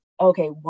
Okay